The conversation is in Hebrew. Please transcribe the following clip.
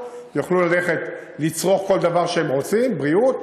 שיוכלו ללכת ולצרוך כל דבר שהם רוצים בריאות,